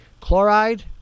chloride